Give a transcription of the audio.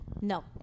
No